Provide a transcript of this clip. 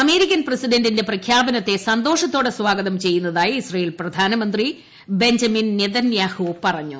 American പ്രസിഡന്റിന്റെ പ്രഖ്യാപനത്തെ സന്തോഷത്തോടെ സ്വാഗതം ചെയ്യുന്നതായി ഇസ്രയേൽ പ്രധാനമന്ത്രി ബഞ്ചമിൻ നെതന്യാഹു പറഞ്ഞു